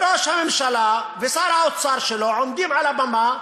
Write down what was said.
וראש הממשלה ושר האוצר שלו עומדים על הבמה,